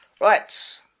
Right